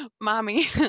Mommy